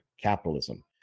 capitalism